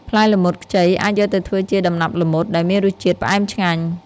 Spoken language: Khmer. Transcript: ផ្លែល្មុតខ្ចីអាចយកទៅធ្វើជា ដំណាប់ល្មុត ដែលមានរសជាតិផ្អែមឆ្ងាញ់។